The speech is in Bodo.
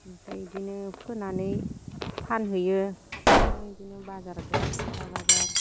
ओमफ्राय इदिनो फोनानै फानहैयो खाथियावनो इदिनो बाजार दं सिमला बाजार